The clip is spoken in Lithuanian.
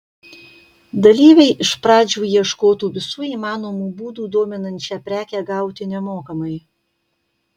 dalyviai iš pradžių ieškotų visų įmanomų būdų dominančią prekę gauti nemokamai